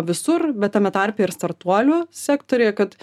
visur bet tame tarpe ir startuolių sektoriuje kad